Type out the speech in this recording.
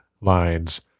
lines